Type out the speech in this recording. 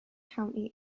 county